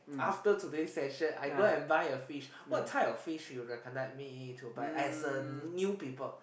after today session I go and buy a fish what type of fish you recommend me to buy as a new people